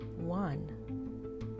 one